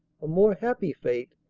a more happy fate,